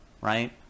right